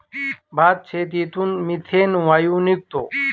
भातशेतीतून मिथेन वायू निघतो